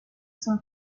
son